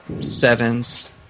sevens